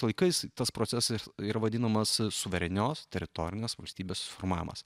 laikais tas procesas ir vadinamas suverenios teritorinės valstybės formavimas